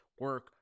Work